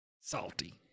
salty